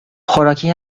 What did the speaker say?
خوراکی